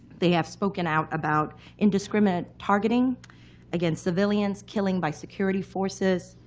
they have spoken out about indiscriminate targeting against civilians, killing by security forces,